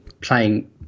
playing